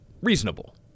reasonable